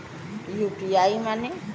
UPI माने?